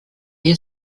air